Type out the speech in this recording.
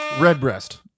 Redbreast